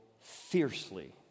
fiercely